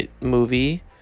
movie